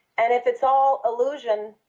and if it's all illusion,